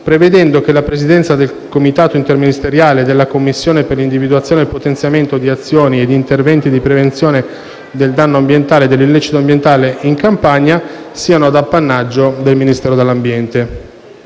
prevedendo che la presidenza del Comitato interministeriale e della Commissione per l'individuazione o il potenziamento di azioni e interventi di prevenzione del danno ambientale e dell'illecito ambientale in Campania siano di appannaggio del Ministero dell'ambiente.